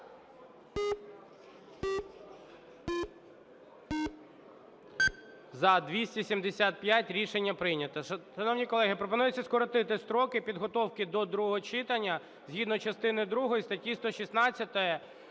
За-299 Рішення прийнято.